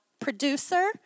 producer